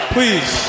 Please